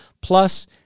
Plus